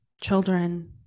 children